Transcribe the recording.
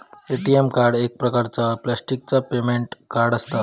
ATM card एक प्रकारचा प्लॅस्टिकचा पेमेंट कार्ड असता